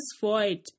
void